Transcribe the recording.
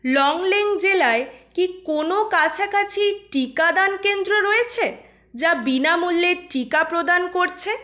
লংলেং জেলায় কি কোনো কাছাকাছি টিকাদান কেন্দ্র রয়েছে যা বিনামূল্যে টিকা প্রদান করছে